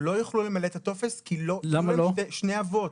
לא יוכלו למלא את הטופס כי יש להם שני אבות.